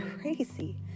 crazy